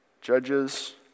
Judges